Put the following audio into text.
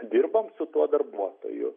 dirbam su tuo darbuotoju